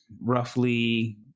roughly